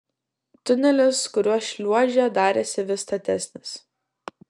tunelis kuriuo šliuožė darėsi vis statesnis